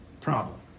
problem